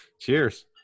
Cheers